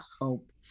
hope